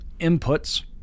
inputs